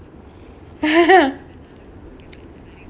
ya